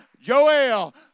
Joel